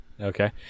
Okay